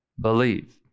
believe